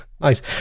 Nice